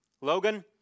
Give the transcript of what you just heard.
Logan